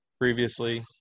previously